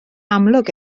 amlwg